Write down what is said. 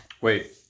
Wait